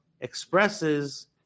expresses